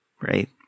right